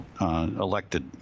elected